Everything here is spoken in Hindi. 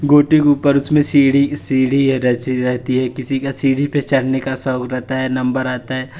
गोटी के ऊपर उसमें सीढ़ी सीढ़ी रची रहती है किसी का सीढ़ी पर चढ़ने का शौक़ रहता है नम्बर आता है